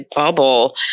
bubble